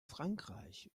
frankreich